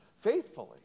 faithfully